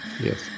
Yes